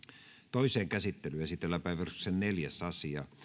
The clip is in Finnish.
toiseen käsittelyyn esitellään päiväjärjestyksen neljäs asia